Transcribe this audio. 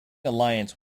alliance